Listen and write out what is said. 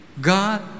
God